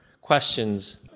questions